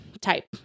type